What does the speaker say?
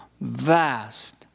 vast